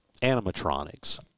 animatronics –